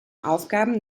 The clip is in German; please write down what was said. aufgaben